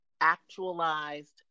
actualized